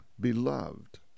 beloved